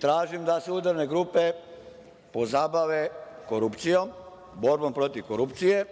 Tražim da se udarne grupe pozabave korupcijom, borbom protiv korupcije.